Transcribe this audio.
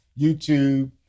YouTube